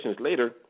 later